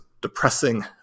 depressing